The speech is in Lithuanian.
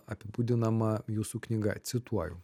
apibūdinama jūsų knyga cituoju